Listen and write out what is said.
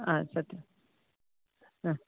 आ सत्यम्